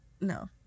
No